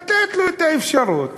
לתת לו את האפשרות